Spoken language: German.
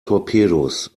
torpedos